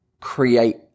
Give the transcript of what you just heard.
create